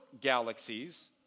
galaxies